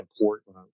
important